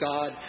God